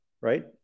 right